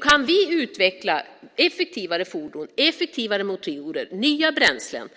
Kan vi tillsammans med USA utveckla effektivare fordon, effektivare motorer och nya bränslen